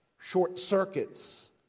short-circuits